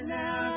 now